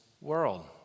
world